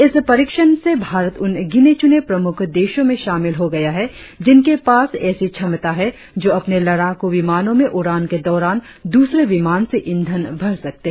इस परीक्षण से भारत उन गिने चूने प्रमुख देशों में शामिल हो गया है जिनके पास ऐसी क्षमता है जो अपने लड़ाकू विमानों में उड़ान के दौरान द्रसरे विमान से ईंधन भर सकते हैं